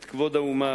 את כבוד האומה,